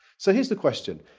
so here's the question.